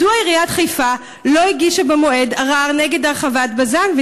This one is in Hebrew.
מדוע עיריית חיפה לא הגישה במועד ערר נגד הרחבת בז"ן,